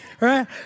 Right